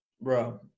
Bro